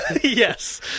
Yes